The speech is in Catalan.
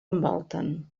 envolten